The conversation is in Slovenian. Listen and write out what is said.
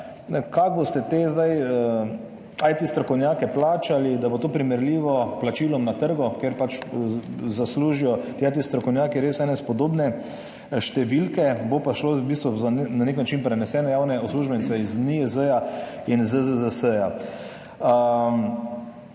kako boste te zdaj IT strokovnjake plačali, da bo to primerljivo s plačilom na trgu, kjer pač zaslužijo ti IT strokovnjaki res ene spodobne številke, bo pa šlo v bistvu za na nek način prenesene javne uslužbence iz NIJZ in ZZZS.